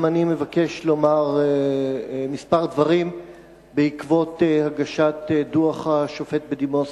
גם אני מבקש לומר כמה דברים בעקבות הגשת דוח השופט בדימוס